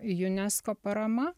unesco parama